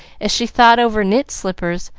as she thought over knit slippers,